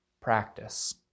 practice